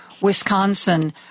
Wisconsin